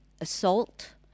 assault